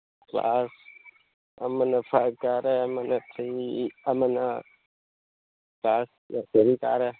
class ꯑꯃꯅ five ꯀꯥꯔꯦ ꯑꯃꯅ ꯊ꯭ꯔꯤ ꯑꯃꯅ ꯀ꯭ꯂꯥꯁ ꯅꯔꯁꯔꯤ ꯀꯥꯔꯦ